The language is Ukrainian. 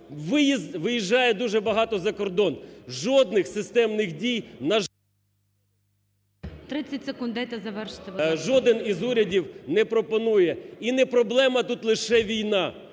Виїжджає дуже багато за кордон. Жодних системних дій… ГОЛОВУЮЧИЙ. 30 секунд дайте завершити. ПАВЛЕНКО Ю.О. …жоден з урядів не пропонує. І не проблема тут лише війна.